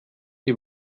die